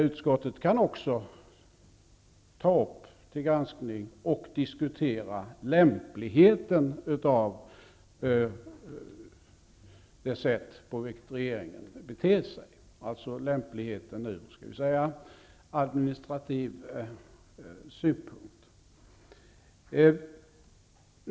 Utskottet kan också ta upp till granskning och diskutera lämpligheten av det sätt på vilket regeringen beter sig, alltså lämpligheten ur administrativ synpunkt.